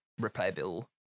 replayable